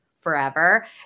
forever